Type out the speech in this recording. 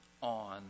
on